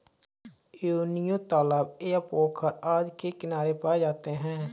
योनियों तालाब या पोखर आदि के किनारे पाए जाते हैं